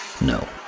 No